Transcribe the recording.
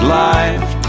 life